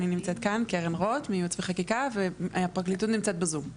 קרן רוט מייעוץ וחקיקה והפרקליטות נמצאת בזום.